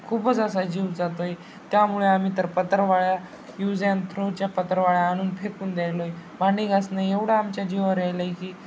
खूपच असा जीव जातो आहे त्यामुळे आम्ही तर पत्रावळी यूज ॲन थ्रोच्या पत्रावळी आ आणून फेकून द्यायलो आहे भांडी घासणं एवढं आमच्या जीवावर यायलं आहे की